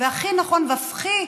והכי נכון והכי,